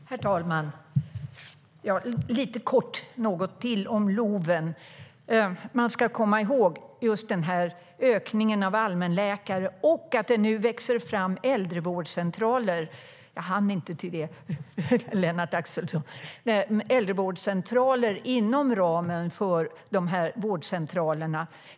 Herr talman! Lite kort något till om LOV: Man ska komma ihåg ökningen av allmänläkare och att det nu växer fram äldrevårdscentraler - jag hann inte till det, Lennart Axelsson - inom ramen för vårdcentralerna.